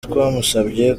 twamusabye